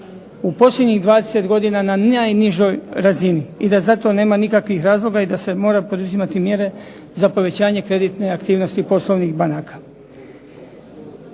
u posljednjih 20 godina na najnižoj razini i da zato nema nikakvih razloga i da se mora poduzimati mjere za povećanje kreditne aktivnosti poslovnih banaka.